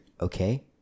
okay